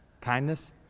Kindness